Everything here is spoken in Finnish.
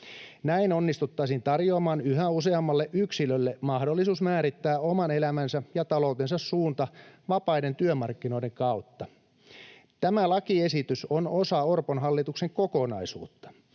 Näin onnistuttaisiin tarjoamaan yhä useammalle yksilölle mahdollisuus määrittää oman elämänsä ja taloutensa suunta vapaiden työmarkkinoiden kautta. Tämä lakiesitys on osa Orpon hallituksen kokonaisuutta.